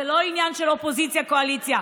זה לא עניין של אופוזיציה קואליציה.